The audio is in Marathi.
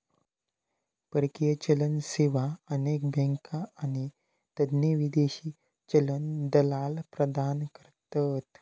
परकीय चलन सेवा अनेक बँका आणि तज्ञ विदेशी चलन दलाल प्रदान करतत